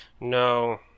No